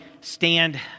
stand